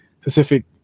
specific